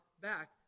back